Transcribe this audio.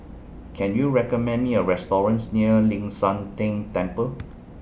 Can YOU recommend Me A restaurants near Ling San Teng Temple